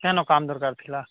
କେନ କାମ୍ ଦର୍କାର୍ ଥିଲା